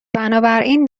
بنابراین